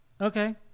Okay